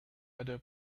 other